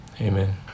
Amen